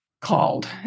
called